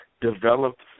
developed